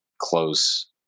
close